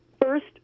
First